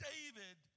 David